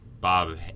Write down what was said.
Bob